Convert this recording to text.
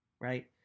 right